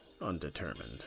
undetermined